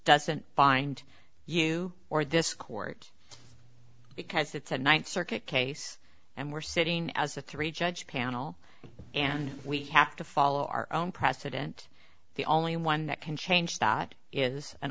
doesn't find you or this court because it's a th circuit case and we're sitting as a three judge panel and we have to follow our own precedent the only one that can change that is an